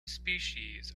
species